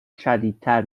شدیدتر